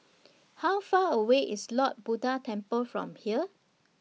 How Far away IS Lord Buddha Temple from here